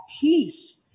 peace